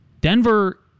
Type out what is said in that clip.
Denver